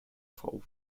frau